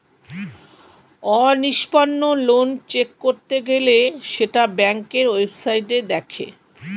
অনিষ্পন্ন loan check করতে গেলে সেটা ব্যাংকের ওয়েবসাইটে দেখে